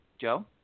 Joe